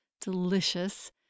delicious